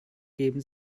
geben